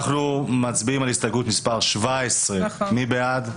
אנחנו מצביעים על הסתייגות מס' 17, מי בעד?